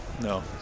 No